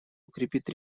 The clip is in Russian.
укрепить